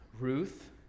Ruth